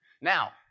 Now